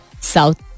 South